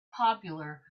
popular